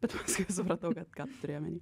bet paskui supratau kad ką tu turėjai omeny